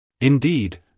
Indeed